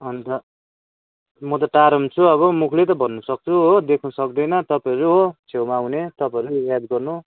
अन्त म त टाढामा छु अब मुखले त भन्नु सक्छु हो देख्नु सक्दैन तपाईहरू हो छेउमा हुने तपाईँहरूले याद गर्नु